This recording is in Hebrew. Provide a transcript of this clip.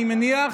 אני מניח.